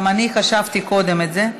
גם אני חשבתי, קודם, את זה.